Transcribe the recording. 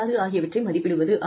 ஆகியவற்றை மதிப்பிடுவதாகும்